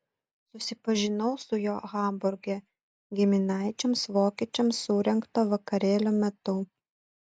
susipažinau su juo hamburge giminaičiams vokiečiams surengto vakarėlio metu